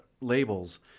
labels